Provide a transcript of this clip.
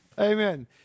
Amen